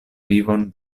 vivon